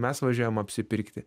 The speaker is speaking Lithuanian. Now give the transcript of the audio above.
mes važiuojam apsipirkti